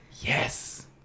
Yes